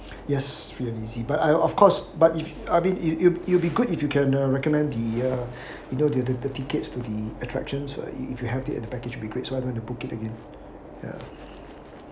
yes free and easy but I of course but if I mean if it it will be good if you can uh recommend the uh you know the the the tickets to the attractions if you have to have the package be great one to book it again